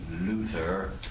Luther